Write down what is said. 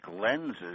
lenses